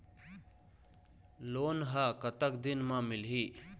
Loan ह कतक दिन मा मिलही?